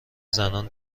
زنان